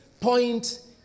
point